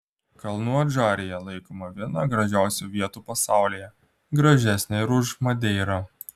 kalnų adžarija laikoma viena gražiausių vietų pasaulyje gražesnė ir už madeirą